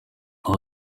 aho